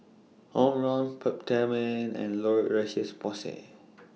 Omron Peptamen and La Roche Porsay